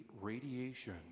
radiation